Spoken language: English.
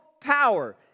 power